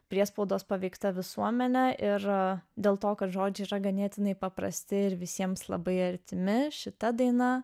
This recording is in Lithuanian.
priespaudos paveikta visuomenė ir dėl to kad žodžiai yra ganėtinai paprasti ir visiems labai artimi šita daina